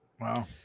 Wow